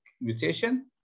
mutation